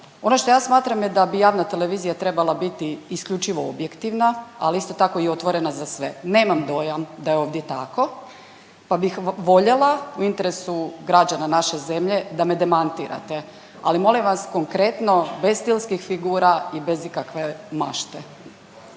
Ono što ja smatram je da bi javna televizija trebala biti isključivo objektivna, ali isto tako i otvorena za sve. Nemam dojam da je ovdje tako, pa bih voljela, u interesu građana naše zemlje da me demantirate, ali molim vas, konkretno, bez stilskih figura i bez ikakve mašte.